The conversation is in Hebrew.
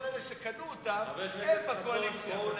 כל אלה שקנו אותם הם בקואליציה,